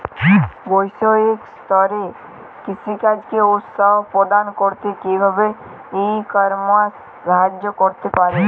বৈষয়িক স্তরে কৃষিকাজকে উৎসাহ প্রদান করতে কিভাবে ই কমার্স সাহায্য করতে পারে?